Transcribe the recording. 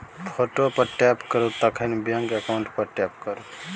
photo पर tap करु तखन बैंक अकाउंट पर टैप करु